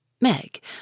Meg